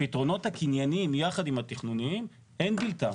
הפתרונות הקנייניים יחד עם התכנוניים אין בילתם.